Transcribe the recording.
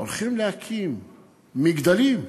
הולכים להקים מגדלים,